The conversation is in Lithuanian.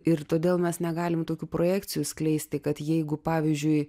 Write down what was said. ir todėl mes negalim tokių projekcijų skleisti kad jeigu pavyzdžiui